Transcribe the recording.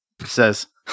says